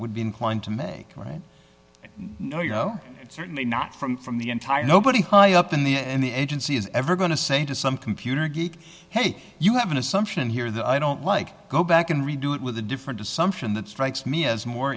would be inclined to make right no you know certainly not from from the entire nobody high up in the end the agency is ever going to say to some computer geek hey you have an assumption here that i don't like go back and redo it with a different assumption that strikes me as more